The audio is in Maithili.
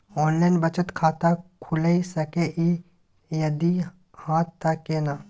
ऑनलाइन बचत खाता खुलै सकै इ, यदि हाँ त केना?